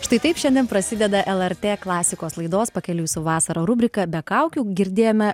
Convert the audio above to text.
štai taip šiandien prasideda lrt klasikos laidos pakeliui su vasara rubrika be kaukių girdėjome